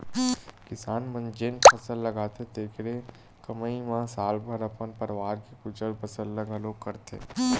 किसान मन जेन फसल लगाथे तेखरे कमई म साल भर अपन परवार के गुजर बसर ल घलोक करथे